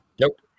nope